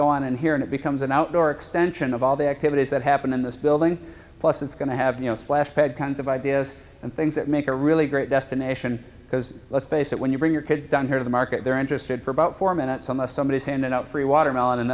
go on and here and it becomes an outdoor extension of all the activities that happen in this building plus it's going to have you know splash pad kinds of ideas and things that make a really great destination because let's face it when you bring your kid down here to the market they're interested for about four minutes unless somebody is handing out free watermelon and